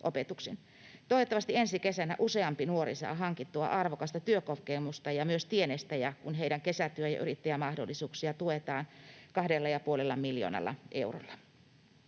Toivottavasti ensi kesänä useampi nuori saa hankittua arvokasta työkokemusta ja myös tienestejä, kun heidän kesätyö‑ ja yrittäjämahdollisuuksiaan tuetaan 2,5 miljoonalla eurolla.